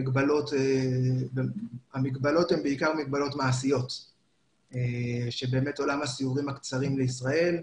המגבלות הן בעיקר מגבלות מעשיות של עולם הסיורים הקצרים לישראל,